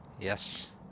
Yes